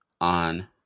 on